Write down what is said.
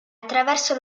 attraverso